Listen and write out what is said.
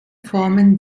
formen